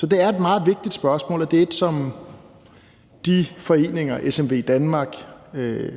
det er et meget vigtigt spørgsmål, og det er et, som de foreninger, altså SMVdanmark, Dansk